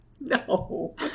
No